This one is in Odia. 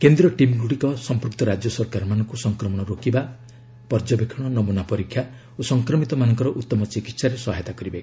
କେନ୍ଦ୍ରୀୟ ଟିମ୍ ଗୁଡ଼ିକ ସଂପୃକ୍ତ ରାଜ୍ୟସରକାରମାନଙ୍କୁ ସଂକ୍ରମଣ ରୋକିବା ପର୍ଯ୍ୟବେକ୍ଷଣ ନମୁନା ପରୀକ୍ଷା ଓ ସଂକ୍ରମିତମାନଙ୍କର ଉତ୍ତମ ଚିକିତ୍ସାରେ ସହାୟତା କରିବେ